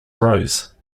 rose